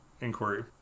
inquiry